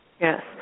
Yes